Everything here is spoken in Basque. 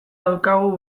daukagu